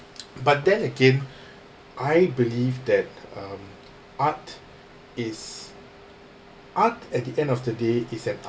but then again I believe that um art is art at the end of the day is it an